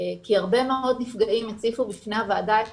כי הרבה מאוד נפגעים הציפו בפני הוועדה את